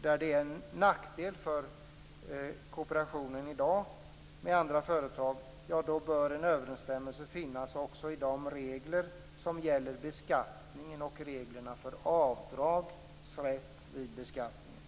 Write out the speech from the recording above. där de är till nackdel för kooperationen i dag med andra företag bör en överensstämmelse finnas också i de regler som gäller beskattningen och avdragsrätten vid beskattning.